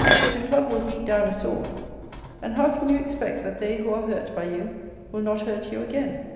yet a club will beat down a sword and how can you expect that they who are hurt by you will not hurt you again?